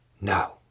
No